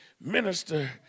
Minister